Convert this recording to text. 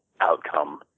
outcome